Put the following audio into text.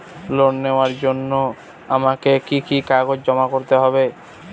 Loan নেওয়ার জন্য আমাকে কি কি কাগজ জমা করতে হবে?